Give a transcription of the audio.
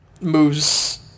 moves